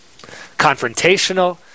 confrontational